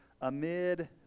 amid